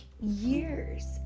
years